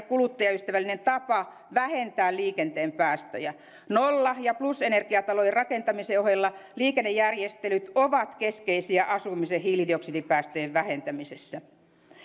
kuluttajaystävällinen tapa vähentää liikenteen päästöjä nolla ja plusenergiatalojen rakentamisen ohella liikennejärjestelyt ovat keskeisiä asumisen hiilidioksidipäästöjen vähentämisessä